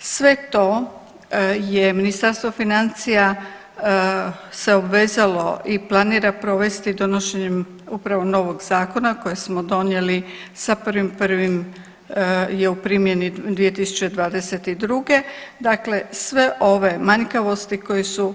Sve to je Ministarstvo financija se obvezalo i planira provesti donošenjem upravo novog zakona koje smo donijeli sa 1.1. je u primjeni 2022., dakle sve ove manjkavosti koje su